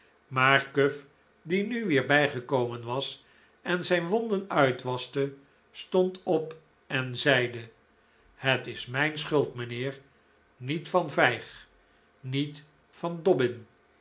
maar cuff die nu weer bijgekomen was en zijn wonden uitwaschte stond op en zeide het is mijn schuld mijnheer niet van vijg niet van